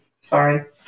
Sorry